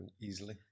easily